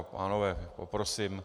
Pánové, já poprosím.